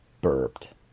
burped